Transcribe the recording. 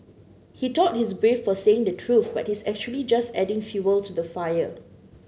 he thought he's brave for saying the truth but he's actually just adding fuel to the fire